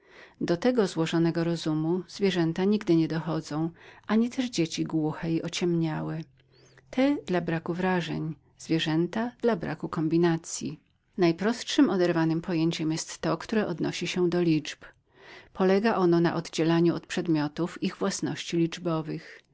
do tego to złożonego rozumu zwierzęta nigdy nie dochodzą ani też dziecie głuche i ociemniałe to dla braku wrażeń zwierzęta dla braku kombinacyi najprostsze oderwane pojęcie jest to które stosuje się do liczb zależy ono na oddzielaniu od przedmiotów ich własności liczbowych